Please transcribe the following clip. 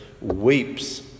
weeps